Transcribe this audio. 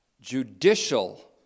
judicial